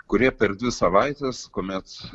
kurie per dvi savaites kuomet